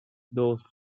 dos